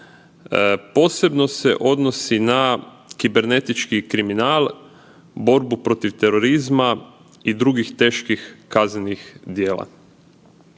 Posebno se odnosi na kibernetički kriminal, borbu protiv terorizma i drugih teških kaznenih djela.